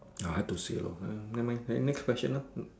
hard to say lor never mind then next question lor hmm